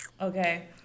okay